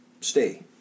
stay